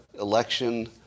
election